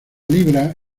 libra